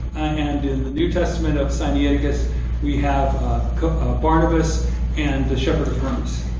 and in the new testament of sinaiticus we have barnabas and the shepherd of hermas.